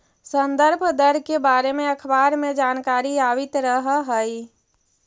संदर्भ दर के बारे में अखबार में जानकारी आवित रह हइ